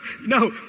no